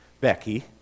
Becky